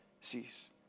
cease